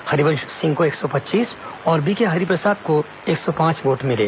हरिवंश सिंह को एक सौ पच्चीस और बीके हरिप्रसाद को एक सौ पांच वोट मिले